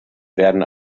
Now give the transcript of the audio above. werden